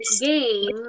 game